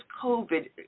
COVID